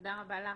תודה רבה לך,